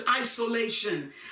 isolation